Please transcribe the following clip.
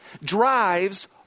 drives